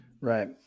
Right